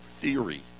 theory